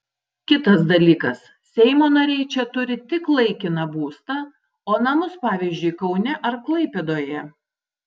kitas dalykas seimo nariai čia turi tik laikiną būstą o namus turi pavyzdžiui kaune ar klaipėdoje